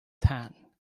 tan